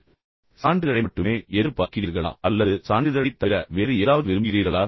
நீங்கள் ஒரு சான்றிதழை மட்டுமே எதிர்பார்க்கிறீர்களா அல்லது சான்றிதழைத் தவிர வேறு ஏதாவது விரும்புகிறீர்களா